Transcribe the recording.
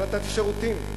לא נתתי שירותים.